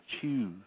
choose